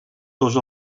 dos